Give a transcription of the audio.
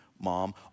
Mom